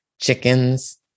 chickens